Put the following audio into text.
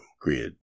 GRID